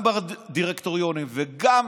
גם בדירקטוריונים וגם